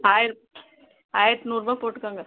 ஆயிரம் ஆயிரத்து நூறுரூபா போட்டுக்கோங்க